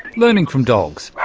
learning from dogs.